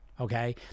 Okay